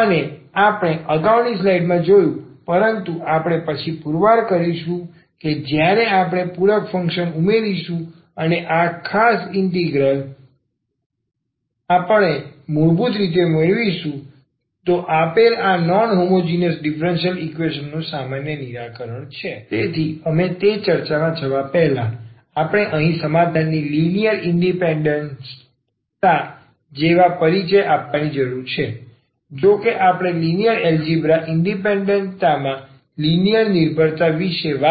અને આપણે અગાઉની સ્લાઇડમાં જોયું છે પરંતુ આપણે પછી પૂરવાર કરીશું જ્યારે આપણે આ પૂરક ફંક્શન ઉમેરીશું અને ખાસ ઇન્ટિગ્રલ આપણે મૂળભૂત રીતે મેળવીશું આપેલ આ નોન હોમોગીજીનયસ ડીફરન્સીયલ સમીકરણ નું સામાન્ય નિરાકરણ તેથી અમે તે ચર્ચામાં જવા પહેલાં આપણે અહીં સમાધાનની લિનિયર ઇન્ડિપેન્ડન્ટ તા જેવા પરિચય આપવાની જરૂર છે જોકે આપણે લિનિયર એલજીબ્રા માં ઇન્ડિપેન્ડન્ટ તામાં લિનિયર નિર્ભરતા વિશે વાત કરી છે